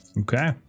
Okay